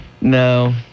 No